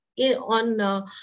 on